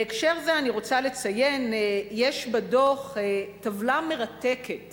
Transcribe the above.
בהקשר זה אני רוצה לציין, יש בדוח טבלה מרתקת